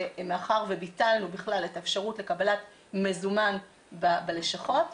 מאחר וביטלנו בכלל את האפשרות לקבלת מזומן בלשכות,